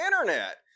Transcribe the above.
internet